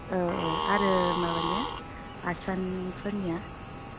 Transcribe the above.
औ औ आरो माबानिया आसानफोरनिया